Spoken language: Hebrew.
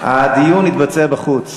הדיון יתבצע בחוץ.